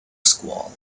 squall